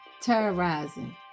terrorizing